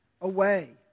away